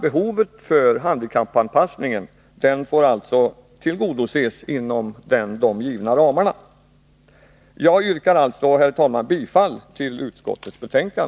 Behovet av handikappanpassning får alltså tillgodoses inom de givna ramarna. Jag yrkar bifall till utskottets hemställan.